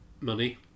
money